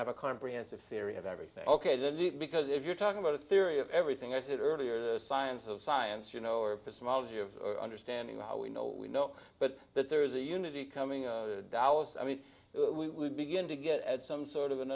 have a comprehensive theory of everything ok the leap because if you're talking about a theory of everything i said earlier the science of science you know or for small g of understanding of how we know we know but that there is a unity coming hours i mean we would begin to get at some sort of an